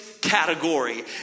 category